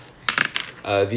oh what's his name